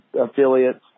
affiliates